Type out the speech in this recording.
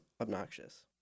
obnoxious